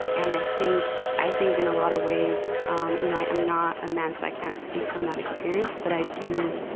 and i think, i think, in a lot of ways, um, you know, i'm i'm not a man, so i can't speak from that experience, but i do,